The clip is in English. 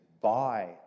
buy